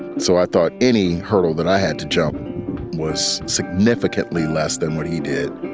so i thought any hurdle that i had to jump was significantly less than what he did.